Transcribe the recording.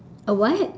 a what